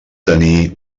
tenir